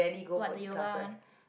what the yoga one